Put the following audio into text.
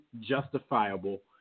justifiable